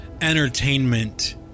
entertainment